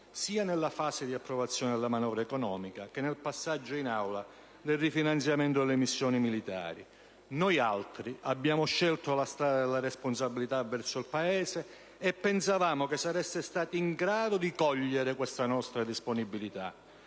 sia nella fase di approvazione della manovra economica che nel passaggio in Aula del rifinanziamento delle missioni militari. Noialtri abbiamo scelto la strada della responsabilità verso il Paese, e pensavamo che sareste stati in grado di cogliere questa nostra disponibilità.